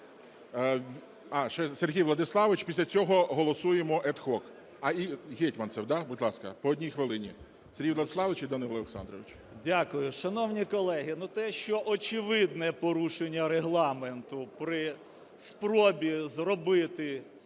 Дякую. Шановні колеги, те, що очевидне порушення Регламенту при спробі зробити